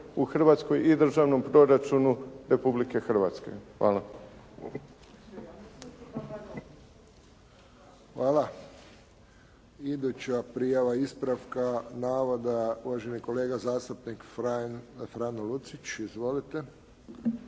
u Hrvatskoj i državnom proračunu Republike Hrvatske. Hvala. **Friščić, Josip (HSS)** Hvala. Iduća prijava ispravka navoda uvaženi kolega zastupnik Frano Lucić. Izvolite.